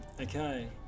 Okay